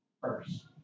first